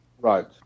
Right